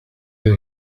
that